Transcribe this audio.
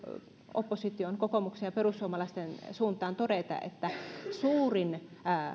opposition kokoomuksen ja perussuomalaisten suuntaan todeta että suurin